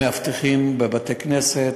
מאבטחים בבתי-כנסת,